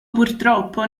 purtroppo